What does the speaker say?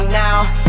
now